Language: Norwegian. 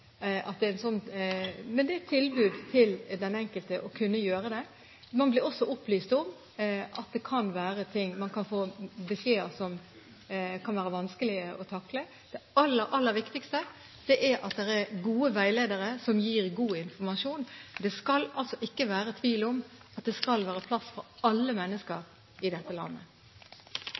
det er et tilbud til den enkelte om å kunne gjøre det, og man blir også opplyst om at det kan være ting, man kan få beskjeder som kan være vanskelig å takle – er det aller, aller viktigste at det er gode veiledere som gir god informasjon. Det skal ikke være tvil om at det skal være plass for alle mennesker i dette landet.